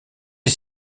est